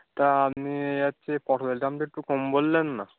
তা আপনি এ হচ্ছে পটলের দামটা একটু কম বললেন না